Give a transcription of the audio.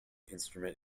instrument